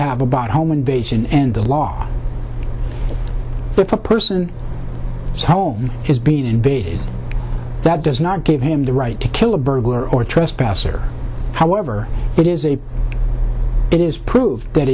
have about home invasion and the law but if a person is home has been invaded that does not give him the right to kill a burglar or trespasser however it is a it is proved that